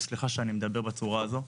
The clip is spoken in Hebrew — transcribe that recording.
וסליחה שאני מדבר בצורה הזו.